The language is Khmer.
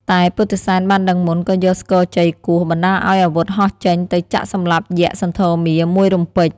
តែពុទ្ធិសែនបានដឹងមុនក៏យកស្គរជ័យគោះ បណ្តាលឲ្យអាវុធហោះចេញទៅចាក់សម្លាប់យក្ខសន្ធមារមួយរំពេច។